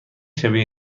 شبیه